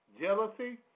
jealousy